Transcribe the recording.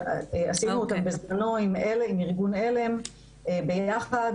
עשינו את זה בזמנו עם ארגון עלם ביחד